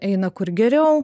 eina kur geriau